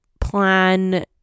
plan